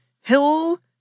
Hill